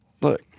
look